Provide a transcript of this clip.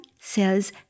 says